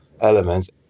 elements